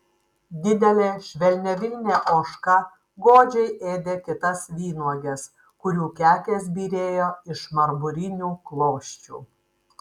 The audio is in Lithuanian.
didelė švelniavilnė ožka godžiai ėdė kitas vynuoges kurių kekės byrėjo iš marmurinių klosčių